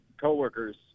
coworkers